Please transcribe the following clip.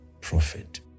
prophet